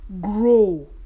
Grow